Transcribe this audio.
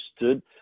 understood